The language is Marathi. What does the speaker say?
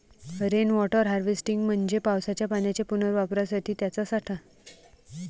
रेन वॉटर हार्वेस्टिंग म्हणजे पावसाच्या पाण्याच्या पुनर्वापरासाठी त्याचा साठा